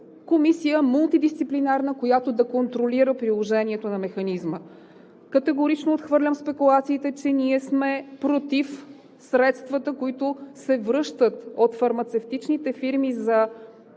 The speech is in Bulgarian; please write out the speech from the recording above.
комисия – мултидисциплинарна, която да контролира приложението на механизма. Категорично отхвърлям спекулациите, че ние сме против средствата, които се връщат от фармацевтичните фирми за